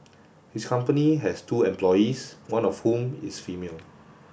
his company has two employees one of whom is female